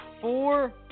four